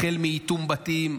החל מאיטום בתים,